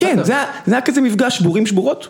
כן, זה היה כזה מפגש בורים שבורות.